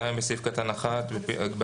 הסתייגות מספר 2 בסעיף קטן (1) בהגדרה